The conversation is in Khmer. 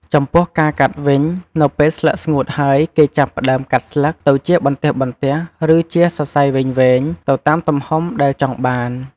ចំពោះការកាត់់វិញ នៅពេលស្លឹកស្ងួតហើយ គេចាប់ផ្តើម កាត់ស្លឹក ទៅជាបន្ទះៗ ឬជាសរសៃវែងៗ ទៅតាមទំហំដែលចង់បាន។